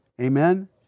Amen